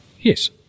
Yes